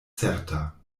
certa